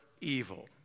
evil